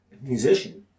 musician